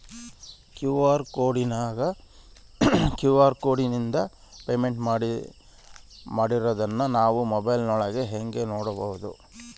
QR ಕೋಡಿಂದ payment ಮಾಡಿರೋದನ್ನ ನಾವು ಮೊಬೈಲಿನೊಳಗ ಹೆಂಗ ನೋಡಬಹುದು?